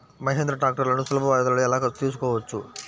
మహీంద్రా ట్రాక్టర్లను సులభ వాయిదాలలో ఎలా తీసుకోవచ్చు?